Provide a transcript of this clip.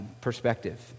perspective